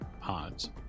pods